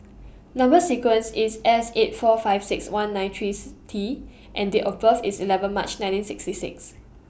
Number sequence IS S eight four five six one nine three T and Date of birth IS eleven March nineteen sixty six